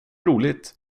roligt